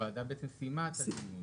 הוועדה סיימה את הדיון.